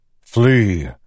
Flee